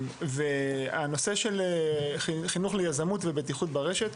לגבי חינוך ליזמות ומוגנות ברשת,